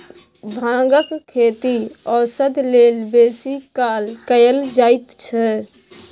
भांगक खेती औषध लेल बेसी काल कएल जाइत छै